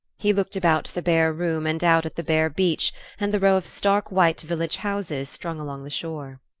he looked about the bare room and out at the bare beach and the row of stark white village houses strung along the shore.